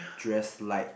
dress light